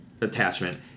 Attachment